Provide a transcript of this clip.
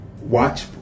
watch